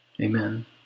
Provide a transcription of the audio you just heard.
Amen